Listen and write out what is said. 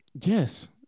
yes